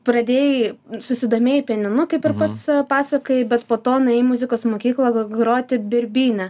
pradėjai susidomėjai pianinu kaip ir pats pasakojai bet po to nuėjai į muzikos mokyklą g groti birbyne